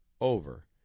over